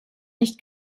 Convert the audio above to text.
nicht